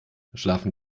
schlafen